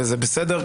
וזה בסדר,